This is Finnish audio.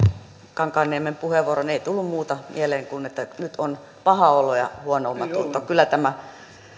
kankaanniemen puheenvuoron niin ei tullut muuta mieleen kuin että nyt on paha olo ja huono omatunto kyllä tämä